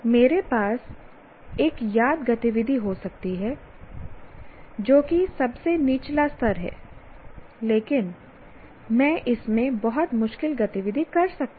मेरे पास एक याद गतिविधि हो सकती है जो कि सबसे निचला स्तर है लेकिन मैं इसमें बहुत मुश्किल गतिविधि कर सकता हूं